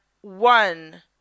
one